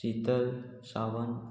Shital Sawant